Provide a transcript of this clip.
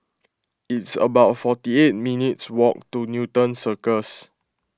it's about forty eight minutes' walk to Newton Circus